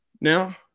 now